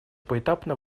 поэтапно